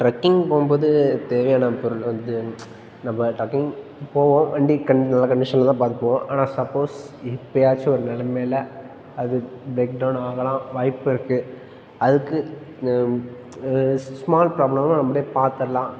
trekking போகும் போது தேவையான பொருள் வந்து நம்ம டக்கிங் போவோம் வண்டி கண் நல்ல கண்டிஷனில் தான் பார்த்து போவோம் ஆனால் சப்போஸ் எப்பயாச்சும் ஒரு நிலமைல அது ப்ரேக் டெளன் ஆகலாம் வாய்ப்பு இருக்குது அதுக்கு ஸ்மால் ப்ராப்ளமெல்லாம் நம்மளே பார்த்துர்லாம்